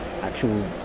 actual